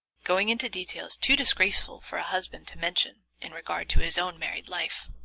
going into details too disgraceful for a husband to mention in regard to his own married life.